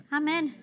amen